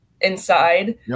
inside